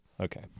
Okay